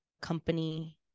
Company